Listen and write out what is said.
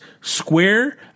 Square